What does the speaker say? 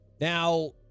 Now